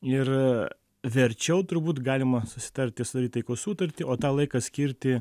ir verčiau turbūt galima susitarti sudaryt taikos sutartį o tą laiką skirti